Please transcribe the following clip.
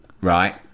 Right